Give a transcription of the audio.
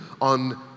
on